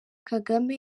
kagame